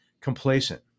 complacent